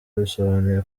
bisobanuye